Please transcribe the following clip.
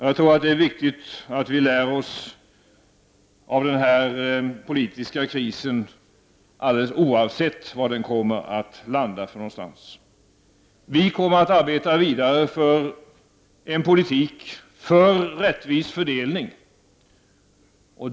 Jag tror att det är viktigt att vi drar lärdom av den här politiska krisen, alldeles oavsett var den så att säga kommer att landa. Vi i centern kommer att arbeta vidare för en politik som innebär rättvis fördelning.